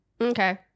Okay